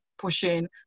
pushing